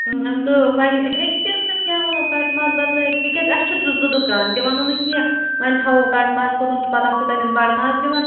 تہٕ وۄنۍ ہیٚکہِ تہِ ٲسِتھ کیاہ وَنو کَٹہٕ ماز بَدلہٕ ہیٚکہِ تہِ کیازِ اسہِ چھِ زٕ دُکان تہِ وَنو نہٕ کیٚنٛہہ وۄنۍ تھَاوو کٹہٕ ماز کٕنُن تہٕ پتہٕ آسو تَتٮ۪ن بَڑٕ ماز دِوان